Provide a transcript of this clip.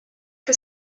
que